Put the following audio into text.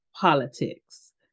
politics